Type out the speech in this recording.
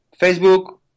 Facebook